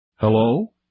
Hello